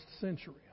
century